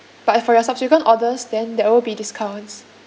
but for your subsequent orders then that will be discounts